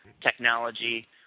technology